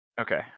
Okay